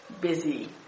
busy